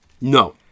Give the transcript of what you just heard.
No